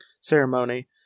ceremony